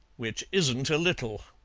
which isn't a little.